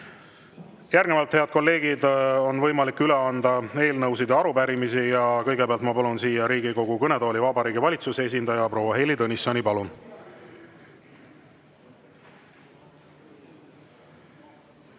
Järgnevalt, head kolleegid, on võimalik üle anda eelnõusid ja arupärimisi. Kõigepealt ma palun siia Riigikogu kõnetooli Vabariigi Valitsuse esindaja proua Heili Tõnissoni. Palun!